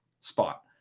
spot